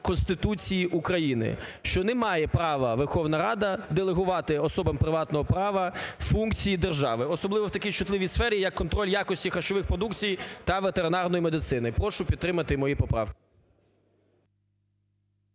Конституції України, що не має права Верховна Рада делегувати особам приватного права функції держави. Особливо в такій чутливій сфері як контроль якості харчової продукції та ветеринарної медицини. Прошу підтримати мої поправки.